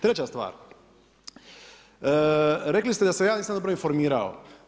Treća stvar, rekli ste da se ja nisam dobro informirao.